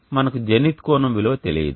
కానీ మనకు జెనిత్ కోణం విలువ తెలియదు